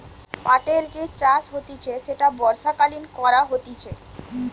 পাটের যে চাষ হতিছে সেটা বর্ষাকালীন করা হতিছে